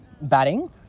batting